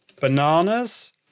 bananas